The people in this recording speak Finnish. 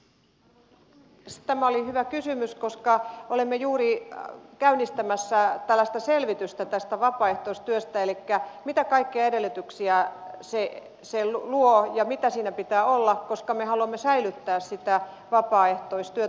tämä oli hyvä kysymys koska olemme juuri käynnistämässä selvitystä tästä vapaaehtoistyöstä elikkä siitä mitä kaikkia edellytyksiä se luo ja mitä siinä pitää olla koska me haluamme säilyttää sitä vapaaehtoistyötä